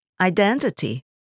identity